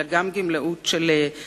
אלא גם גמלאות של אושר,